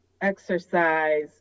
exercise